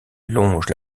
longe